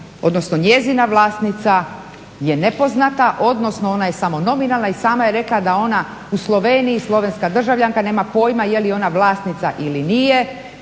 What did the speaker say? odnosno njezina vlasnica je nepoznata, odnosno ona je samo nominalna i sama je rekla da ona u Sloveniji, slovenska državljanka nema pojma je li ona vlasnica ili nije,